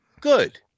good